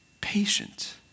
patient